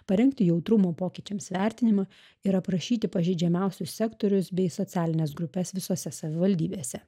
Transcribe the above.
parengti jautrumo pokyčiams vertinimą ir aprašyti pažeidžiamiausius sektorius bei socialines grupes visose savivaldybėse